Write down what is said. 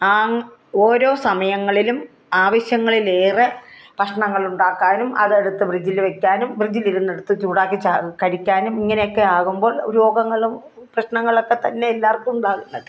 ആ ഓരോ സമയങ്ങളിലും ആവശ്യങ്ങളിലേറെ ഭക്ഷണങ്ങളുണ്ടാക്കാനും അതെടുത്ത് ഫ്രിഡ്ജിൽ വെക്കാനും ഫ്രിഡ്ജിലിരുന്നെടുത്ത് ചൂടാക്കി കഴിക്കാനും ഇങ്ങനെയൊക്കെ ആകുമ്പോൾ രോഗങ്ങളും പ്രശ്നങ്ങളൊക്കെത്തന്നെ എല്ലാവർക്കും ഇതാകുന്നത്